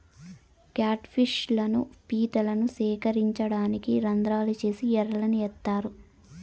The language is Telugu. క్యాట్ ఫిష్ లను, పీతలను సేకరించడానికి రంద్రాలు చేసి ఎరలను ఏత్తారు